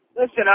Listen